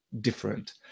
different